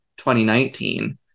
2019